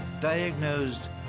diagnosed